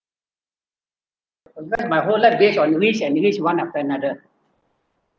because my whole life based on risk and risk one after another